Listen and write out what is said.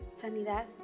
sanidad